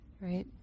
right